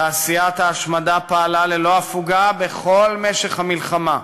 תעשיית ההשמדה פעלה ללא הפוגה בכל משך המלחמה.